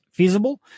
feasible